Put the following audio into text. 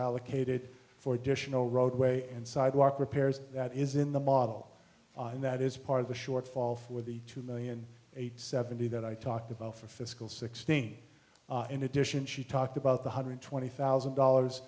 allocated for additional roadway and sidewalk repairs that is in the model and that is part of the shortfall for the two million eight seventy that i talked about for fiscal sixteen in addition she talked about the hundred twenty thousand dollars